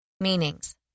Meanings